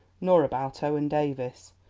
nor about owen davies,